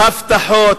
הבטחות,